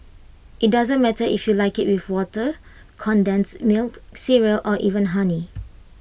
IT doesn't matter if you like IT with water condensed milk cereal or even honey